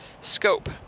scope